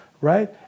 right